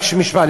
רק משפט.